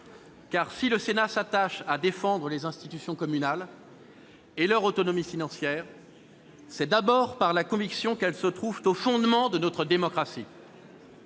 si le Sénat s'attache à défendre les institutions communales, et leur autonomie financière, c'est d'abord par la conviction qu'elles se trouvent au fondement de notre démocratie.